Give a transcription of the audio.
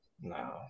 No